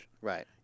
Right